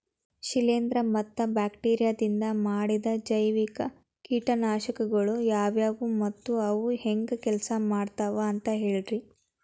ಶಿಲೇಂಧ್ರ ಮತ್ತ ಬ್ಯಾಕ್ಟೇರಿಯದಿಂದ ಮಾಡಿದ ಜೈವಿಕ ಕೇಟನಾಶಕಗೊಳ ಯಾವ್ಯಾವು ಮತ್ತ ಅವು ಹೆಂಗ್ ಕೆಲ್ಸ ಮಾಡ್ತಾವ ಅಂತ ಹೇಳ್ರಿ?